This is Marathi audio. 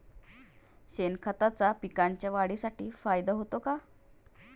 शेणखताचा पिकांच्या वाढीसाठी फायदा होतो का?